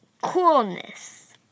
coolness